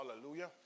Hallelujah